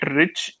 rich